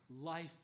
life